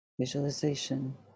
Visualization